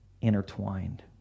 intertwined